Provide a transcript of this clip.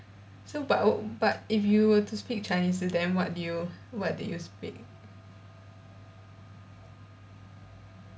so but but if you were to speak chinese to them what do you what do you speak